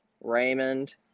Raymond